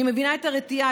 אני מבינה את הרתיעה,